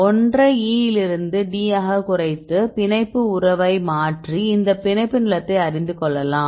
ஒன்றை E இலிருந்து D ஆகக் குறைத்து பிணைப்பு உறவை மாற்றி இந்த பிணைப்பு நீளத்தை அறிந்துகொள்ளலாம்